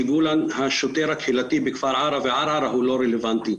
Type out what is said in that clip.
ש --- השוטר הקהילתי בכפר ערערה הוא לא רלוונטי,